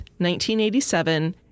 1987